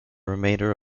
remainder